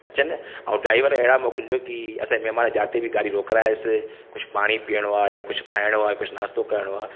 अचनि ऐं डाईवर अहिड़ा मोकिलिजो की असां जा महिमान जाते बि गाॾी रोकराइसि कुझु पाणी पीअणो आहे या कुझु खाइणो आहे कुझु नास्तो करिणो आहे